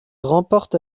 remporte